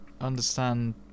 understand